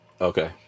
okay